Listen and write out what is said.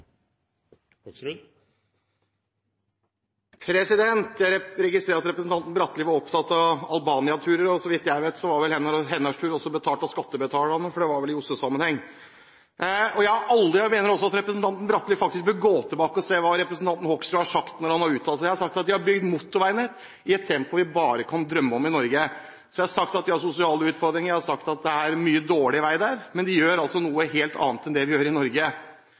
registrerer at representanten Bratli var opptatt av Albania-turer. Så vidt jeg vet var også hennes tur betalt av skattebetalerne, for det var vel i OSSE-sammenheng. Jeg mener også at representanten Bratli faktisk bør gå tilbake og se hva representanten Hoksrud har sagt når han har uttalt seg. Jeg har sagt at de har bygd motorveinett i et tempo vi bare kan drømme om i Norge. Så har jeg sagt at de har sosiale utfordringer, og jeg har sagt at det er mye dårlig vei der, men de gjør altså noe helt annet enn det vi gjør i Norge.